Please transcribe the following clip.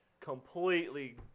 completely